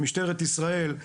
משטרת ישראל,